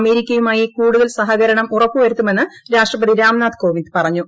അമേരിക്കയുമായി കൂടുതൽ സഹകരണം ഉറപ്പുവരുത്തുമെന്ന് രാഷ്ട്രപതി രാംനാഥ് കോവിന്ദ് പറഞ്ഞു